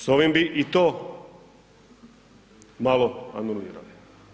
S ovim bi i to malo anulirali.